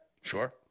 Sure